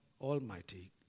almighty